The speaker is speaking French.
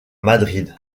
madrid